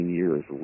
years